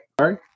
Sorry